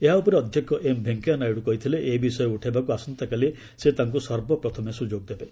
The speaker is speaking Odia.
ଏହା ଉପରେ ଅଧ୍ୟକ୍ଷ ଏମ୍ ଭେଙ୍କିୟା ନାଇଡୁ କହିଥିଲେ ଏ ବିଷୟ ଉଠାଇବାକ୍ ଆସନ୍ତାକାଲି ସେ ତାଙ୍କ ସର୍ବପ୍ରଥମେ ସ୍ରଯୋଗ ଦେବେ